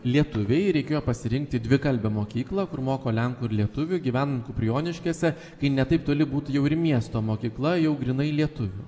lietuvei reikėjo pasirinkti dvikalbę mokyklą kur moko lenkų ir lietuvių gyvenant kuprioniškėse kai ne taip turi būtų jau ir miesto mokykla jau grynai lietuvių